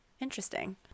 interesting